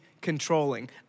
controlling